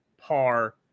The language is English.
par